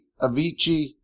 Avicii